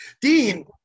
Dean